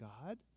God